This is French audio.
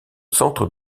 centre